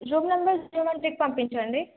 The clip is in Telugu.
రూమ్ నెంబ జీ మన్ టక్ పంపించమండి